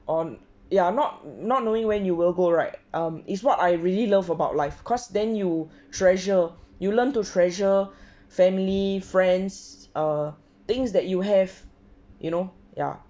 on ya not not knowing when you will go right is what I really love about life course then you treasure you learn to treasure family friends err things that you have you know ya